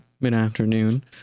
mid-afternoon